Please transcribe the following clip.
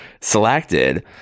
selected